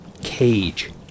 Cage